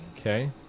Okay